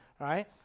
right